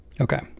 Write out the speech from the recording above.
Okay